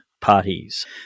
parties